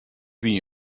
wie